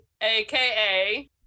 aka